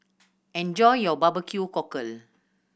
enjoy your barbecue cockle